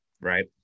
right